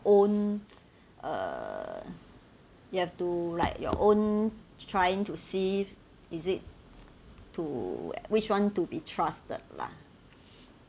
own uh you have to like your own trying to see is it to which you want to be trusted lah